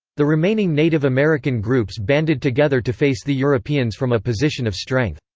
the remaining native american groups banded together to face the europeans from a position of strength.